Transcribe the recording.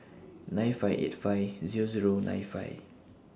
nine five eight five Zero Zero nine five